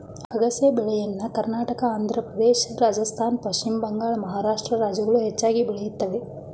ಅಗಸೆ ಬೆಳೆಯನ್ನ ಕರ್ನಾಟಕ, ಆಂಧ್ರಪ್ರದೇಶ, ರಾಜಸ್ಥಾನ್, ಪಶ್ಚಿಮ ಬಂಗಾಳ, ಮಹಾರಾಷ್ಟ್ರ ರಾಜ್ಯಗಳು ಹೆಚ್ಚಾಗಿ ಬೆಳೆಯುತ್ತವೆ